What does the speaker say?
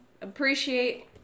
appreciate